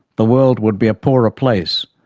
the world would be a poorer place,